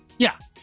yeah,